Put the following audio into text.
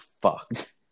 fucked